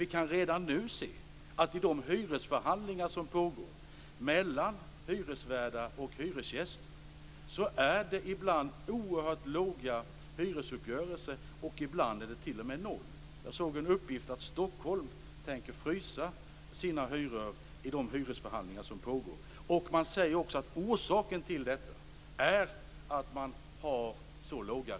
Vi kan redan nu se att det i de hyresförhandlingar som pågår mellan hyresvärdar och hyresgäster ibland rör sig om oerhört låga hyresuppgörelser och att hyreshöjningen ibland t.o.m. är noll. Jag såg en uppgift om att Stockholm tänker frysa sina hyror i de hyresförhandlingar som pågår. Man säger också att orsaken till detta är att räntorna är så låga.